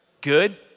good